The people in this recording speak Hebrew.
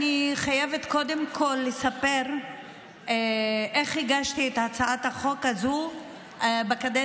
אני חייבת קודם כול לספר איך הגשתי את הצעת החוק הזו בקדנציה